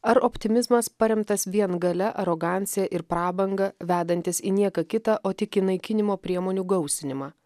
ar optimizmas paremtas vien galia arogancija ir prabanga vedantis į nieką kitą o tik į naikinimo priemonių gausinimą